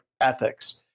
ethics